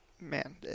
man